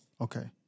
okay